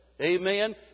Amen